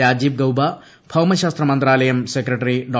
രാജീവ് ഗൌബ ഭൌമശാസ്ത്ര മന്ത്രാലയം സെക്രട്ടറിഡോ